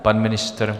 Pan ministr?